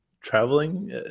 traveling